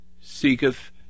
seeketh